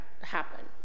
happen